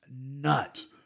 nuts